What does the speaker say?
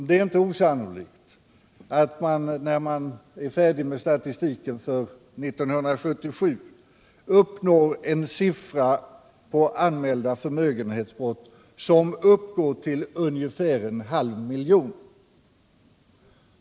Det är inte osannolikt att man, när man är färdig med statistiken för 1977, uppnår en siffra för antalet anmälda förmögenhetsbrott, som uppgår till ungefär en halv miljon.